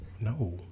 no